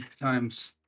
times